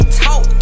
talk